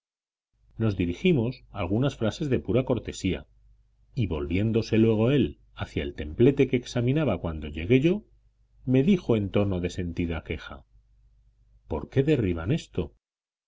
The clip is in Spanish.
nos dirigimos algunas frases de pura cortesía y volviéndose luego él hacia el templete que examinaba cuando llegué yo me dijo en tono de sentida queja por qué derriban esto